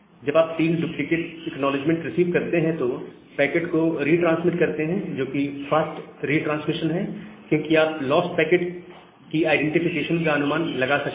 जब आप3 duplicate acknowledgement receive करते हैं तो पैकेट को रिट्रांसमिट करते हैं जो कि फास्ट रिट्रांसमिशन है क्योंकि आप लॉस्ट पैकेट की आइडेंटिफिकेशन का अनुमान लगा सकते हैं